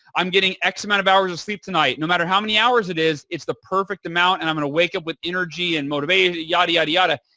i'm getting x amount of hours of sleep tonight. no matter how many hours it is, it's the perfect amount and i'm going to wake up with energy and motivation, yada, yada, yada.